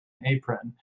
apron